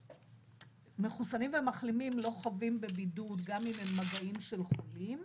מחוסנים ומחלימים לא חבים בבידוד גם אם --- של חולים,